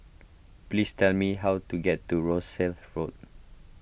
please tell me how to get to Rosyth Road